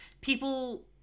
people